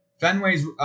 Fenway's